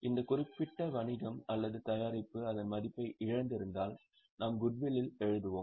அந்த குறிப்பிட்ட வணிகம் அல்லது தயாரிப்பு அதன் மதிப்பை இழந்திருந்தால் நாம் குட்வில்லில் எழுதுவோம்